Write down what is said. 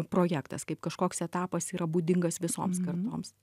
projektas kaip kažkoks etapas yra būdingas visoms kartoms